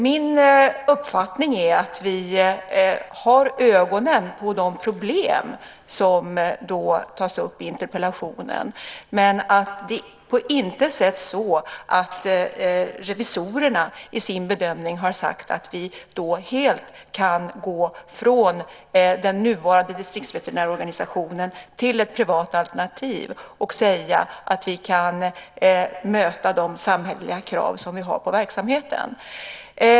Min uppfattning är att vi har ögonen på de problem som tas upp i interpellationen. Men det är på intet sätt så att revisorerna i sin bedömning har sagt att vi helt kan gå från den nuvarande distriktsveterinärorganisationen till ett privat alternativ och därmed möta de samhälleliga krav som vi har på verksamheten.